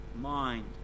mind